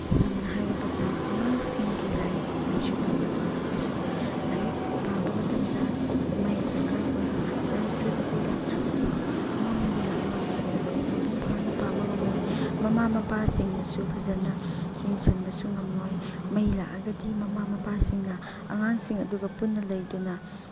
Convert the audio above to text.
ꯁꯝꯅ ꯍꯥꯏꯔꯕꯗ ꯑꯉꯥꯡꯁꯤꯡꯒꯤ ꯂꯥꯏꯔꯤꯛ ꯂꯥꯏꯁꯨ ꯇꯝꯕꯗ ꯑꯣꯏꯔꯒꯁꯨ ꯂꯥꯏꯔꯤꯛ ꯄꯥꯕ ꯃꯇꯝꯗ ꯃꯩ ꯗꯔꯀꯥꯔ ꯑꯣꯏ ꯑꯦꯂꯦꯛꯇ꯭ꯔꯤꯛ ꯑꯗꯨ ꯂꯥꯛꯇ꯭ꯔꯕꯗꯤ ꯃꯝꯗꯨꯅ ꯑꯉꯥꯡ ꯑꯗꯣ ꯂꯥꯏꯔꯤꯛ ꯃꯄꯨꯡ ꯐꯥꯅ ꯄꯥꯕ ꯉꯝꯃꯣꯏ ꯃꯃꯥ ꯃꯄꯥꯁꯤꯡꯅꯁꯨ ꯐꯖꯅ ꯌꯦꯡꯁꯤꯟꯕꯁꯨ ꯉꯝꯃꯣꯏ ꯃꯩ ꯂꯥꯛꯑꯒꯗꯤ ꯃꯃꯥ ꯃꯄꯥꯁꯤꯡꯅ ꯑꯉꯥꯡꯁꯤꯡ ꯑꯗꯨꯒ ꯄꯨꯟꯅ ꯂꯩꯗꯨꯅ